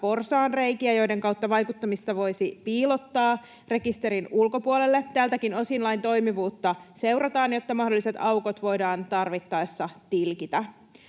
porsaanreikiä, joiden kautta vaikuttamista voisi piilottaa rekisterin ulkopuolelle. Tältäkin osin lain toimivuutta seurataan, jotta mahdolliset aukot voidaan tarvittaessa tilkitä.